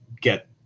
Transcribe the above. get